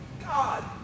God